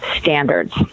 standards